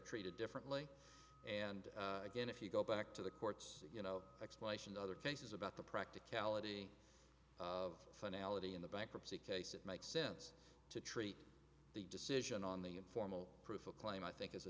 treated differently and again if you go back to the courts you know explanation other cases about the practicality of finality in the bankruptcy case it makes sense to treat the decision on the informal proof a claim i think is a